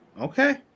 Okay